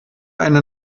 eine